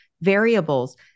variables